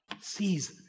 sees